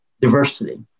diversity